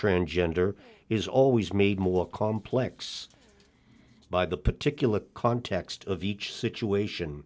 transgender is always made more complex by the particular context of each situation